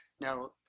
Now